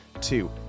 Two